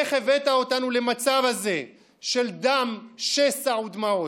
איך הבאת אותנו למצב הזה של דם, שסע ודמעות?